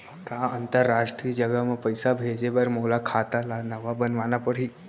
का अंतरराष्ट्रीय जगह म पइसा भेजे बर मोला खाता ल नवा बनवाना पड़ही?